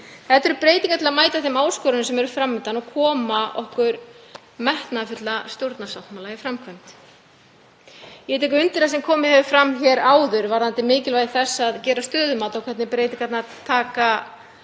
Þetta eru breytingar til að mæta þeim áskorunum sem fram undan eru og koma okkar metnaðarfulla stjórnarsáttmála í framkvæmd. Ég tek undir það sem komið hefur fram hér áður varðandi mikilvægi þess að gera stöðumat á því hvernig breytingarnar takast